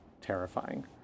terrifying